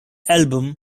album